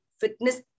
fitness